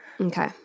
Okay